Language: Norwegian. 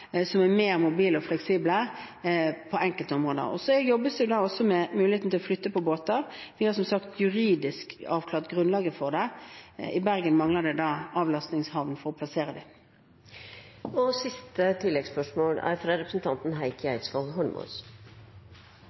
som er mer mobile og fleksible på enkelte områder. Så jobbes det da også med muligheten til å flytte på båter. Vi har som sagt avklart grunnlaget for det juridisk. I Bergen mangler det da avlastningshavn for å plassere dem. Heikki Eidsvoll Holmås – til oppfølgingsspørsmål. I bakgården min bor det